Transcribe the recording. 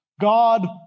God